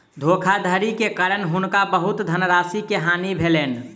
धोखाधड़ी के कारण हुनका बहुत धनराशि के हानि भेलैन